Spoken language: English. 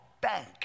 bank